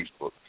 Facebook